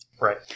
Right